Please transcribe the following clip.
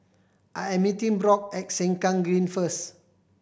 I am meeting Brock at Sengkang Green first